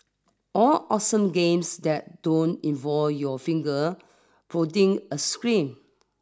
all awesome games that don't involve your finger pudding a screen